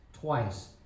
twice